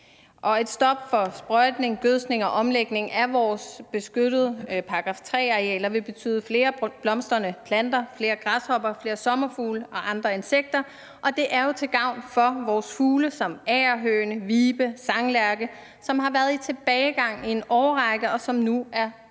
et stop for sprøjtning, gødskning og omlægning af vores beskyttede § 3-arealer vil betyde flere blomstrende planter, flere græshopper, flere sommerfugle og andre insekter. Og det er jo til gavn for vores fugle som agerhønen, viben og sanglærken, som har været i tilbagegang i en årrække, og som nu er rødlistede.